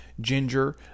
ginger